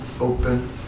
open